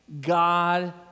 God